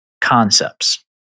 concepts